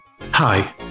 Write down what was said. Hi